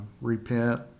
repent